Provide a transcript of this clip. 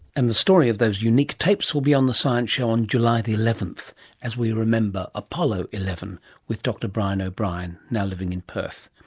and the story of those unique tapes will be on the science show on july eleventh as we remember apollo eleven with dr brian o'brien, now living in perth.